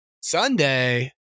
Sunday